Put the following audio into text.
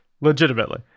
Legitimately